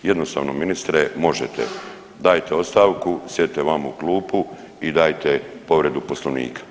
Jednostavno ministre možete, dajte ostavku, sjedite vamo u klupu i dajte povredu Poslovnika.